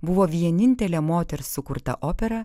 buvo vienintelė moters sukurta opera